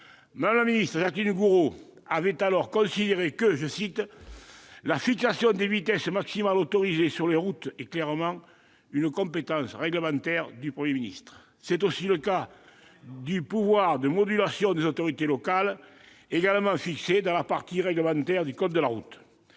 Mme la ministre Jacqueline Gourault avait alors considéré que « la fixation des vitesses maximales autorisées sur les routes est clairement une compétence réglementaire du Premier ministre ». Fermez le ban ! C'est aussi le cas du pouvoir de modulation des autorités locales, également fixé dans la partie réglementaire du code de la route.